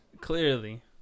Clearly